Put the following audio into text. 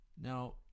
Now